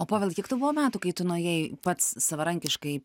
o povilai kiek tau buvo metų kai tu nuėjai pats savarankiškai